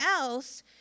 else